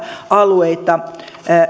alueita